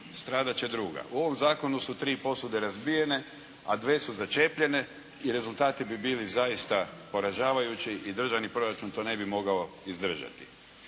stradat će druga. U ovom zakonu su tri posude razbijene, a dvije su začepljene i rezultati bi bili zaista poražavajući i državni proračun to ne bi mogao izdržati.